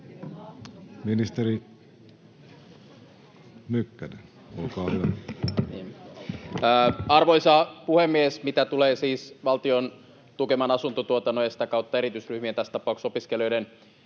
Time: 16:21 Content: Arvoisa puhemies! Mitä tulee siis valtion tukeman asuntotuotannon ja sitä kautta erityisryhmien, tässä tapauksessa opiskelijoiden,